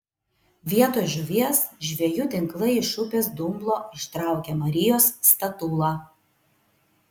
vietoj žuvies žvejų tinklai iš upės dumblo ištraukė marijos statulą